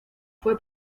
fue